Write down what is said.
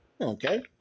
Okay